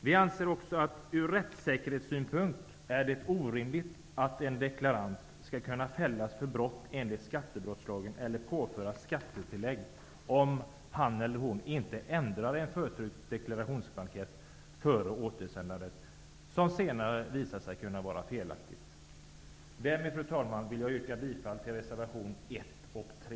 Vi anser också att det ur rättsäkerhetssynpunkt är orimligt att en deklarant skall kunna fällas för brott enligt skattebrottslagen och påföras skattetillägg om han eller hon inte ändrar uppgifter på en förtryckt deklarationsblankett, vilka senare kan visa sig vara felaktiga, före återsändandet. Jag yrkar därför, fru talman, bifall till reservationerna 1 och 3.